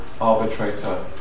arbitrator